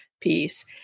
piece